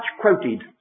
quoted